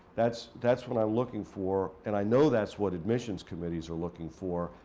that's that's what i'm looking for, and i know that's what admissions committees are looking for,